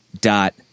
dot